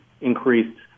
increased